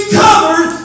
covered